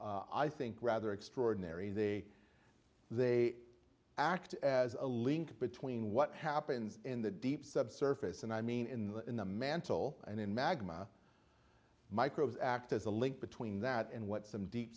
i think rather extraordinary they they act as a link between what happens in the deep subsurface and i mean in the mantle and in magma microbes act as a link between that and what some deep